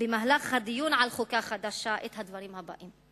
במהלך הדיון על חוקה חדשה, את הדברים הבאים: